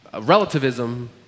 relativism